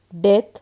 Death